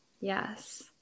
Yes